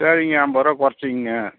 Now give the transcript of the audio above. சரிங்க ஐம்பது ரூபாய் குறைச்சிக்ங்க